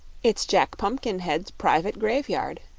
it's jack pumpkinhead's private graveyard,